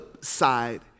side